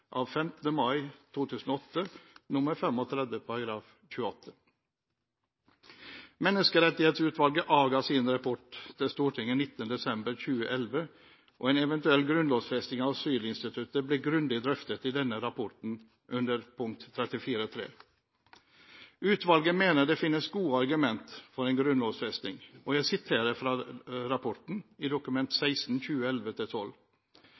av 15. mai 2008 nr. 35 § 28. Menneskerettighetsutvalget avga sin rapport til Stortinget l9. desember 2011, og en eventuell grunnlovfesting av asylinstituttet ble grundig drøftet i denne rapporten under punkt 34.3. Utvalget mener det finnes gode argumenter for en grunnlovfesting, og jeg siterer fra rapporten, Dokument 16 for 2011–2012: «Tar man utgangspunkt i